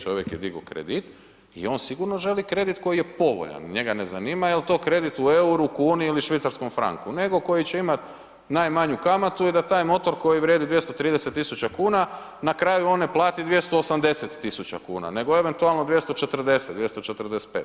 Čovjek je digao kredit i on sigurno želi kredit koji je povoljan, njega ne zanima, je li to kredit u euri, kuni ili švicarskom franku nego koji će imati najmanju kamatu i da taj motor, koji vrijedi 230 tisuća kuna, na kraju on ne plati 280 tisuća kuna, nego eventualno 240-245.